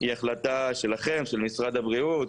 היא שלכם, של משרד הבריאות.